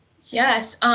Yes